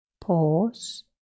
pause